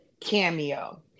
cameo